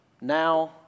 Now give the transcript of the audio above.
Now